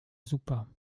super